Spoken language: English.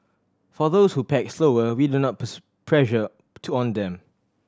for those who pack slower we do not put pressure to on them